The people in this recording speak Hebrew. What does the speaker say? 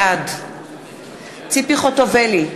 בעד ציפי חוטובלי,